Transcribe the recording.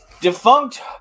defunct